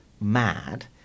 mad